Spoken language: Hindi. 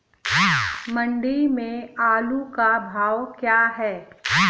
मंडी में आलू का भाव क्या है?